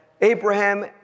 Abraham